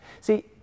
See